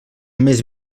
més